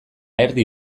erdi